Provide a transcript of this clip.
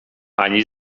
ani